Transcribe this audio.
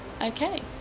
Okay